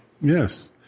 Yes